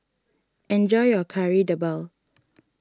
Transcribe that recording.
enjoy your Kari Debal